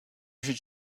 should